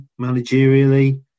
managerially